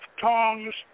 tongs